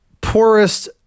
poorest